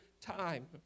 time